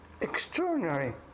extraordinary